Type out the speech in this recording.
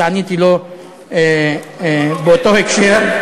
אז עניתי לו באותו הקשר.